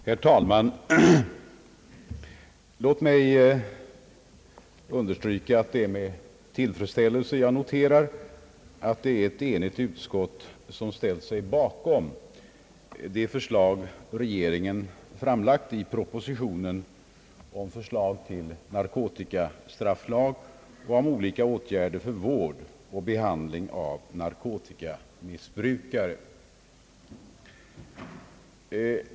Herr talman! Låt mig understryka att det är med tillfredsställelse jag noterar att det är ett enigt utskott som ställt sig bakom det förslag regeringen framlagt i propositionen med förslag till narkotikastrafflag och olika åtgärder för vård och behandling av narkotikamissbrukare.